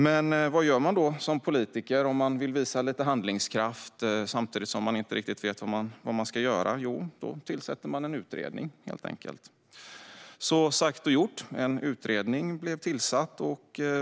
Men vad gör man då som politiker om man vill visa lite handlingskraft samtidigt som man inte riktigt vet vad man ska göra? Jo, då tillsätter man helt enkelt en utredning. Sagt och gjort, en utredning tillsattes.